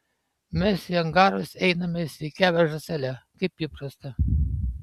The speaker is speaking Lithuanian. mes į angarus einame išsirikiavę žąsele kaip įprasta